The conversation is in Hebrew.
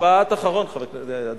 משפט אחרון, משפט אחרון, אדוני היושב-ראש.